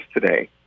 today